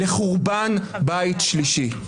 לחורבן בית שלישי.